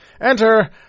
Enter